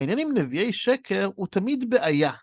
העניין עם נביאי שקר הוא תמיד בעיה.